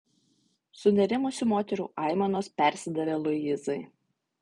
sunerimusių moterų aimanos persidavė luizai